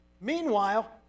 Meanwhile